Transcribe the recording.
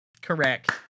Correct